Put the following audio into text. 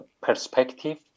perspective